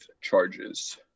charges